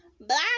black